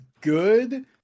good